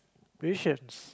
patience